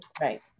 Right